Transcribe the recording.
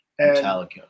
Metallica